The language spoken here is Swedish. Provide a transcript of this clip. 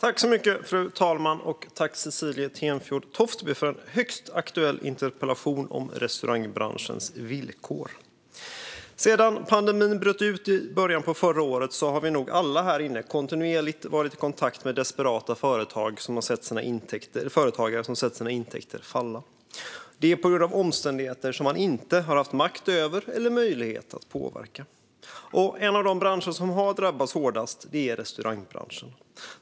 Fru talman! Jag tackar Cecilie Tenfjord Toftby för en högst aktuell interpellation om restaurangbranschens villkor. Sedan pandemin bröt ut i början av förra året har vi nog alla här inne kontinuerligt varit i kontakt med desperata företagare som sett sina intäkter falla på grund av omständigheter som man inte har haft makt över eller möjlighet att påverka. En av de branscher som har drabbats hårdast är restaurangbranschen.